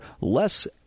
less